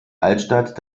altstadt